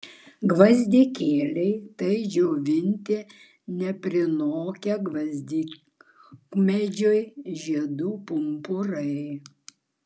gvazdikėliai tai džiovinti neprinokę gvazdikmedžių žiedų pumpurai